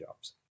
jobs